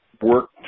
work